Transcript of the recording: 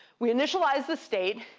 we initialize the state,